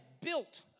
built